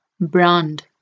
brand